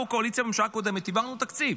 אנחנו, הקואליציה בממשלה הקודמת, העברנו תקציב.